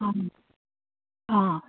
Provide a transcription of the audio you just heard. অঁ অঁ